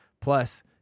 Plus